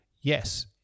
Yes